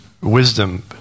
wisdom